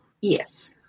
Yes